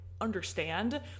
understand